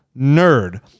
NERD